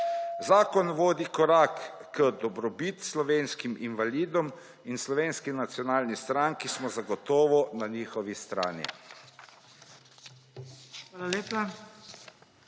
Zakon vodi korak k dobrobiti slovenskih invalidov in v Slovenski nacionalni stranki smo zagotovo na njihovi strani.